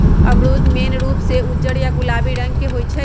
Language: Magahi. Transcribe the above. अमरूद मेन रूप से उज्जर या गुलाबी रंग के होई छई